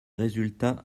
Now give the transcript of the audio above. résultats